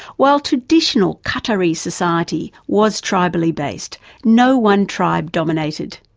while traditional qatari society was tribally based no one tribe dominated.